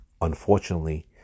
unfortunately